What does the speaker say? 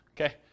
Okay